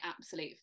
absolute